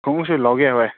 ꯈꯣꯡꯉꯨꯞꯁꯨ ꯂꯧꯒꯦ ꯚꯥꯏ